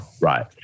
Right